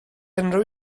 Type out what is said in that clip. unrhyw